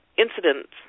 incidents